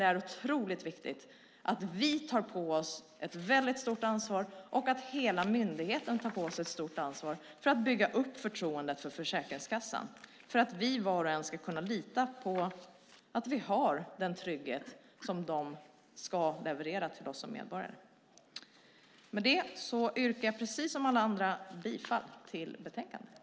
Det är dock viktigt att vi och myndigheten tar på oss ett stort ansvar för att bygga upp förtroendet för Försäkringskassan så att medborgarna kan lita på att de får den trygghet som Försäkringskassan ska leverera. Jag yrkar precis som alla andra bifall till förslaget i betänkandet.